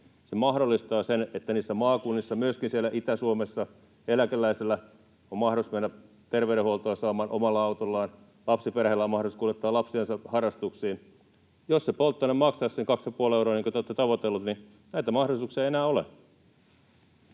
se mahdollistaa sen, että maakunnissa, myöskin siellä Itä-Suomessa, eläkeläisellä on mahdollisuus mennä terveydenhuoltoa saamaan omalla autollaan, lapsiperheillä on mahdollisuus kuljettaa lapsiansa harrastuksiin. Jos se polttoaine maksaisi sen 2,5 euroa, niin kuin te olette tavoitelleet,